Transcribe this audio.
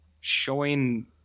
showing